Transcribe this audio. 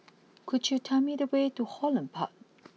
could you tell me the way to Holland Park